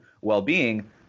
well-being